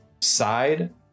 side